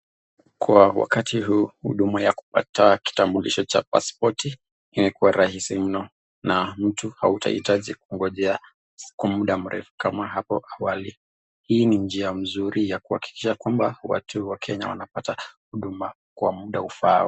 Kwa wakati huu, huduma ya kupata kitambulisho cha paspoti imekuwa rahisi mno na mtu hautahitaji kungojea kwa muda mrefu kama hapo awali. Hii ni njia nzuri ya kuhakikisha kwamba watu wa Kenya wanapata huduma kwa mda ufaao.